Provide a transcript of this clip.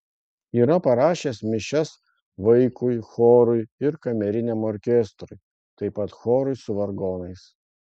yra parašęs mišias vaikui chorui ir kameriniam orkestrui taip pat chorui su vargonais